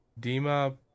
Dima